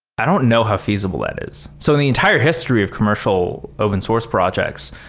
i don't know how feasible that is. so the entire history of commercial open source projects,